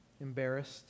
Embarrassed